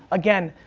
again,